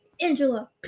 Angela